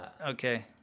Okay